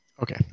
Okay